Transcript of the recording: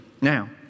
Now